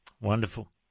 Wonderful